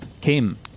Kim